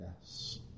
Yes